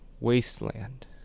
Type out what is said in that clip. wasteland